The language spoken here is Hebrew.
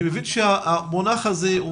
אני מבין שהמונח הזה,